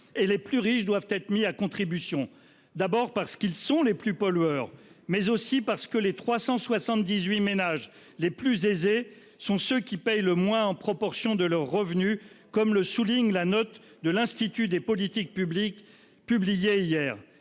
les plus riches doivent-ils être mis à contribution, d'abord parce que ce sont les plus pollueurs, ensuite parce que les 378 ménages les plus aisés sont ceux qui payent le moins en proportion de leurs revenus, d'après la note de l'Institut des politiques publiques publiée hier,